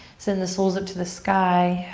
send the soles up to the sky,